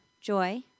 joy